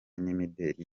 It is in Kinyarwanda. n’imideli